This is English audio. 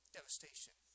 Devastation